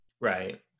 Right